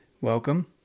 welcome